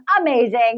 amazing